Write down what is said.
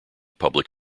public